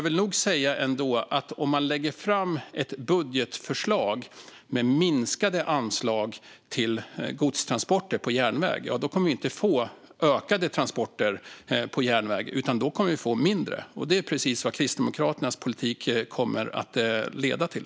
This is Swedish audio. Lägger man fram ett budgetförslag med minskade anslag till godstransporter på järnväg kommer vi inte att få fler transporter på järnväg utan färre, och det är precis vad Kristdemokraternas politik kommer att leda till.